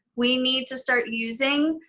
we need to start using